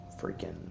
freaking